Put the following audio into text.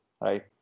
right